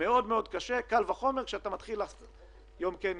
מאוד מאוד קשה - קל וחומר כשאתה מתחיל יום כן,